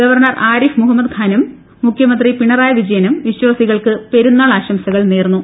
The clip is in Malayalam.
ഗവർണർ ആരിഫ് മുഹമ്മദ് ഖാനും മുഖ്യമന്ത്രി പിണറായി വിജയനും വിശ്വാസികൾക്ക് പെരുന്നാൾ ആശംസകൾ നേർന്നു